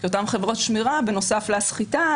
שאותן חברות שמירה בנוסף לסחיטה,